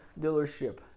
dealership